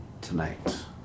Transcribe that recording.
tonight